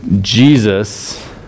Jesus